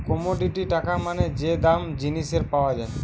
commodity টাকা মানে যে দাম জিনিসের পাওয়া যায়